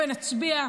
ונצביע,